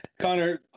Connor